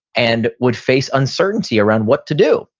and would face uncertainty around what to do.